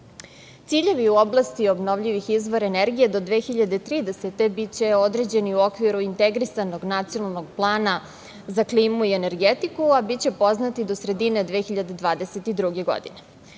u oblasti obnovljivih izvora energije do 2030. godine biće određeni u okviru integrisanog nacionalnog plana za klimu i energetiku, a biće poznati do sredine 2022. godine.